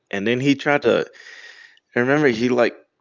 and then he tried to i remember he, like,